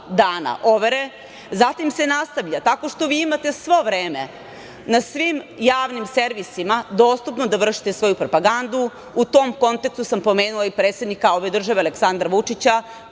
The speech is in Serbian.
dana overe. Zatim se nastavlja tako što vi imate svo vreme na svim javnim servisima dostupno da vršite svoju propagandu. U tom kontekstu sam pomenula i predsednika ove države Aleksandra Vučića